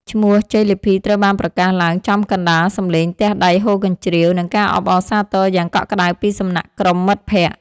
ឈ្មោះជ័យលាភីត្រូវបានប្រកាសឡើងចំកណ្ដាលសំឡេងទះដៃហ៊ោកញ្ជ្រៀវ និងការអបអរសាទរយ៉ាងកក់ក្ដៅពីសំណាក់ក្រុមមិត្តភក្តិ។